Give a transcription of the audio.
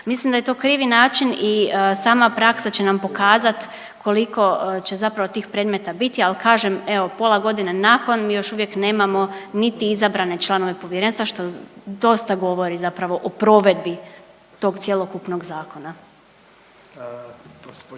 Mislim da je to krivi način i sama praksa će nam pokazat koliko će zapravo tih predmeta biti, ali kažem evo pola godine nakon mi još uvijek nemamo niti izabrane članove povjerenstva što dosta govori zapravo o provedbi tog cjelokupnog zakona.